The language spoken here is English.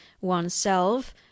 oneself